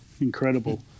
Incredible